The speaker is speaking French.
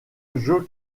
joe